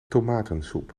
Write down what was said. tomatensoep